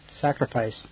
sacrifice